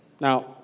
Now